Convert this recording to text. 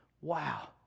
Wow